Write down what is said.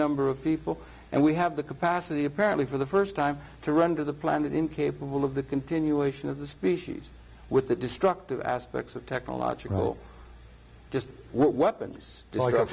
number of people and we have the capacity apparently for the st time to render the planet incapable of the continuation of the species with the destructive aspects of technological just weapons